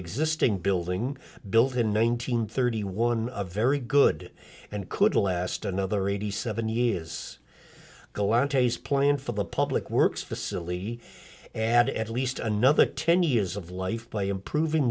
existing building built in one nine hundred thirty one a very good and could last another eighty seven years go on to plan for the public works facility and at least another ten years of life by improving